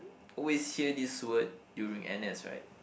always hear this word during n_s right